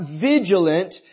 vigilant